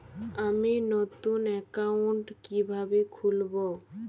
আমি নতুন অ্যাকাউন্ট কিভাবে খুলব?